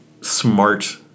smart